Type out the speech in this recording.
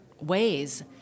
ways